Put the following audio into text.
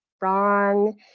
wrong